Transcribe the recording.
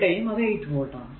ഇവിടെയും അത് 8 വോൾട് ആണ്